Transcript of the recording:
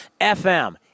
FM